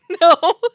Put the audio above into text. No